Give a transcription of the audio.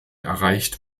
erreicht